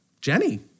Jenny